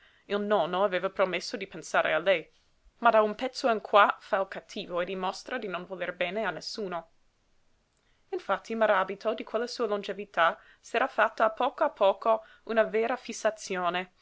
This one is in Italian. il nonno aveva promesso di pensare a lei ma da un pezzo in qua fa il cattivo e dimostra di non voler bene a nessuno infatti maràbito di quella sua longevità s'era fatta a poco a poco una vera fissazione